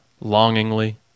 longingly